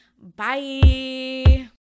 Bye